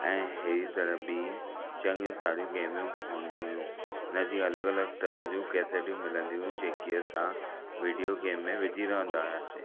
ऐं अहिड़ी तरह बि चंङियूं सारियूं गेमियूं हूंदियूं हुयूं हुन जूं अलॻि अलॻि तरह जूं कैसेटू मिलंदियूं हुयूं जेकी असां विडियो गेम में विझी रहंदा हुआसि